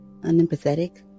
unempathetic